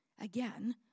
again